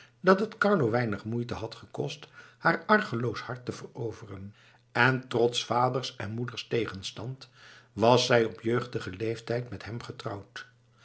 dat t carlo weinig moeite had gekost haar argeloos hart te veroveren en trots vaders en moeders tegenstand was zij op jeugdigen leeftijd met hem gehuwd